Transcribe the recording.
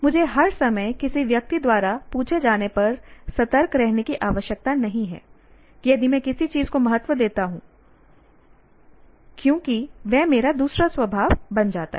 मुझे हर समय किसी व्यक्ति द्वारा पूछे जाने पर सतर्क रहने की आवश्यकता नहीं है की यदि मैं किसी चीज को महत्व देता हूं क्योंकि वह मेरा दूसरा स्वभाव बन जाता है